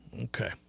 okay